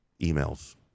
emails